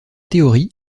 théorie